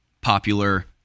popular